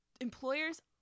Employers